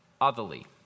otherly